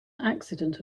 accident